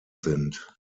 sind